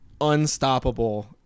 unstoppable